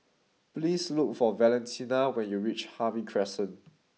please look for Valentina when you reach Harvey Crescent